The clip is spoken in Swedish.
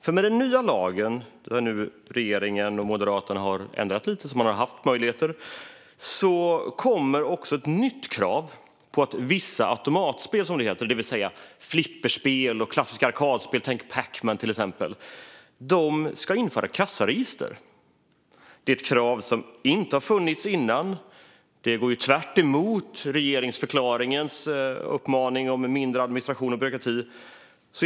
För med det nya lagförslaget, där nu regeringen och Moderaterna har haft möjlighet att ändra lite, kommer också ett nytt krav på att vissa automatspel - det vill säga flipperspel och klassiska arkadspel som Pac-Man - ska införa kassaregister. Det är ett krav som inte har funnits tidigare. Det går tvärtemot regeringsförklaringens uppmaning om mindre administration och byråkrati. Kristina Axén Olin!